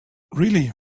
really